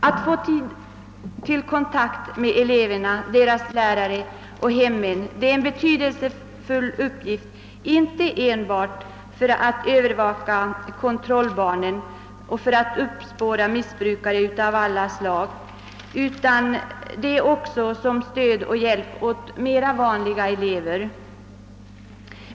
Att åstadkomma kontakt med eleverna, deras lärare och deras hem är en betydelsefull uppgift för skolsköterskan, inte enbart för att övervaka kontrollbarn och för att uppspåra missbrukare av olika slag utan också för att ge stöd och hjälp åt många »vanliga» elever.